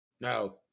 No